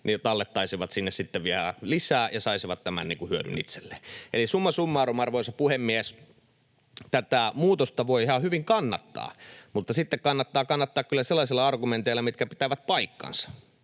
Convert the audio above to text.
tallettaisivat sinne sitten vielä lisää ja saisivat tämän hyödyn itselleen. Eli summa summarum, arvoisa puhemies, tätä muutosta voi ihan hyvin kannattaa, mutta kannattaa sitten kannattaa kyllä sellaisilla argumenteilla, mitkä pitävät paikkansa.